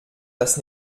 das